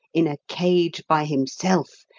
in a cage by himself,